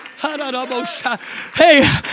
Hey